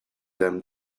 them